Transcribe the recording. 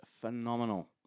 phenomenal